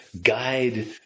guide